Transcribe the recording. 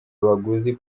abaguzi